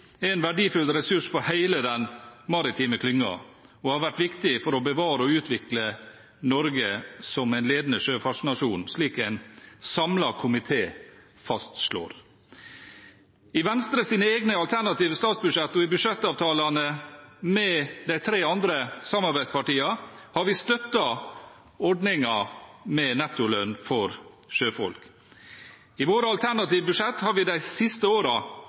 er en verdifull ressurs for hele den maritime klyngen og har vært viktig for å bevare og utvikle Norge som en ledende sjøfartsnasjon, slik en samlet komité fastslår. I Venstres egne alternative statsbudsjett og i budsjettavtalene med de tre andre samarbeidspartiene har vi støttet ordningen med nettolønn for sjøfolk. I våre alternative budsjett har vi de siste